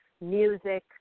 music